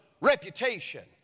reputation